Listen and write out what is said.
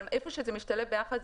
אבל איפה שזה משתלב ביחד,